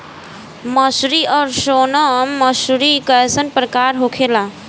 मंसूरी और सोनम मंसूरी कैसन प्रकार होखे ला?